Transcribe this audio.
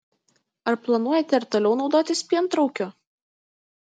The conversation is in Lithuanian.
ar planuojate ir toliau naudotis pientraukiu